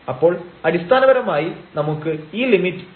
അപ്പോൾ അടിസ്ഥാനപരമായി നമുക്ക് ഈ ലിമിറ്റ് 1 എന്ന് ലഭിക്കും